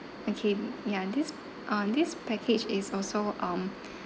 okay ya this uh this package is also um